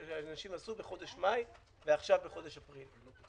שאנשים עשו בחודש מאי ועכשיו בחודש אפריל.